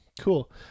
Cool